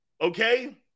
Okay